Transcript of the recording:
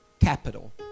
Capital